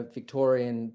Victorian